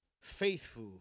faithful